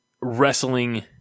wrestling